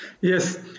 Yes